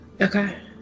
Okay